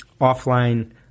offline